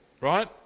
right